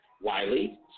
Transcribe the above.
Wiley